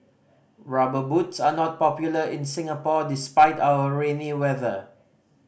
Rubber Boots are not popular in Singapore despite our rainy weather